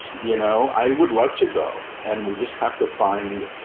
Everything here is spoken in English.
you know, i would love to go and we just have to find,